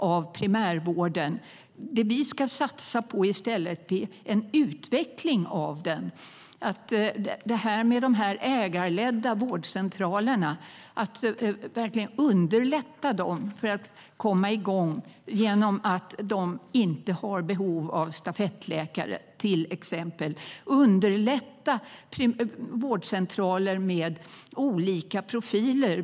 Det vi i stället ska satsa på är en utveckling av den. Det handlar om att underlätta så att de ägarledda vårdcentralerna kan komma igång. De har till exempel inte har behov av stafettläkare. Och det handlar om att underlätta för vårdcentraler med olika profiler.